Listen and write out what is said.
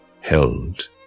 held